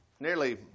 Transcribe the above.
nearly